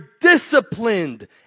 disciplined